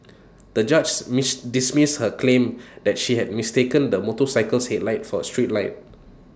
the judge's miss dismissed her claim that she had mistaken the motorcycle's headlight for A street light